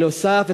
בנוסף,